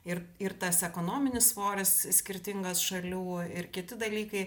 ir ir tas ekonominis svoris skirtingas šalių ir kiti dalykai